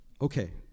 okay